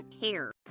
Hair